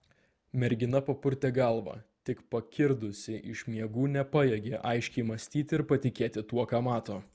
mergina papurtė galvą tik pakirdusi iš miegų nepajėgė aiškiai mąstyti ir patikėti tuo ką mato